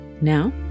Now